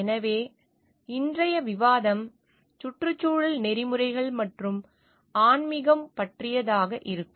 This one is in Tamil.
எனவே இன்றைய விவாதம் சுற்றுச்சூழல் நெறிமுறைகள் மற்றும் ஆன்மீகம் பற்றியதாக இருக்கும்